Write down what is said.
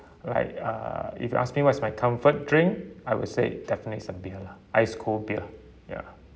like uh if you ask me what's my comfort drink I would say definitely some beer lah ice cold beer ya